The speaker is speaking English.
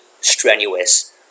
strenuous